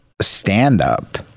stand-up